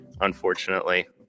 unfortunately